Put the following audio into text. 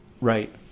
Right